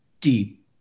deep